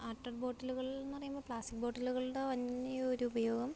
water ബോട്ടിലുകളെന്നു പറയുമ്പോൾ plastic ബോട്ടിലുകളുടെ വലിയ ഒരുപയോഗം